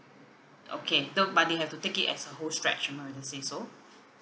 okay no but they have to take it as a whole stretch am I right to say so